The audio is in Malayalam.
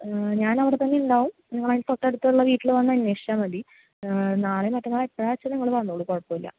ഞാനവിടെ തന്നെ ഉണ്ടാവും നിങ്ങൾ അതിന് തൊട്ടടുത്തുള്ള വീട്ടിൽ വന്ന് അന്വേഷിച്ചാൽ മതി നാളെയും മറ്റന്നാളും എപ്പോഴാണെന്ന് വച്ചാൽ നിങ്ങൾ വന്നോളൂ കുഴപ്പമില്ല